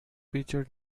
featured